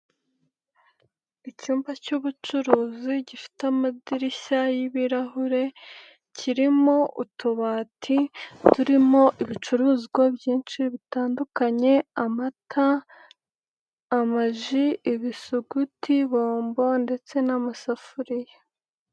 Icyumba cy'ubucuruzi gifite amadirishya y'ibirahure kirimo utubati turimo ibicuruzwa byinshi bitandukanye amata, amaji, ibisuguti, bombo ndetse n'amasafuriya.